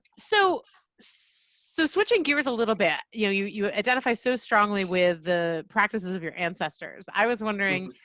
so so switching gears a little bit, you know you you identify so strongly with the practices of your ancestors. i was wondering,